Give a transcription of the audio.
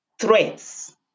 threats